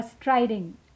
striding